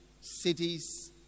cities